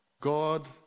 God